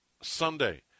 Sunday